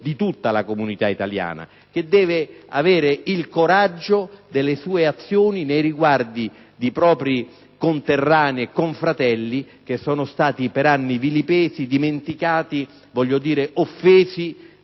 di tutta la comunità italiana, che deve avere il coraggio delle sue azioni nei riguardi di propri conterranei e confratelli vilipesi, dimenticati ed offesi